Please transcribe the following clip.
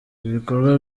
ibikorwa